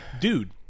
Dude